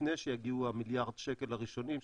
שיגיעו מיליארד השקל הראשונים,